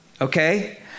okay